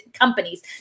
companies